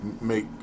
make